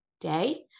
day